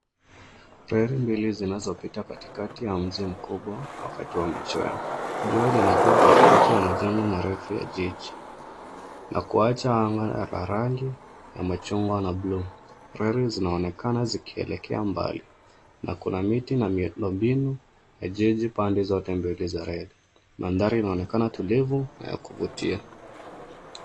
Reli mbili zinazopita katikati ya mji mkubwa wakati wa machweo. Jua linatua katikati ya majengo marefu ya jiji, na kuacha anga na rangi ya chungwa na buluu. Reli zinaonekana zikielekea mbali na kuna miti na miundombinu ya jiji pande zote mbili za reli. Mandhari yanaonekana tulivu na ya kuvutia.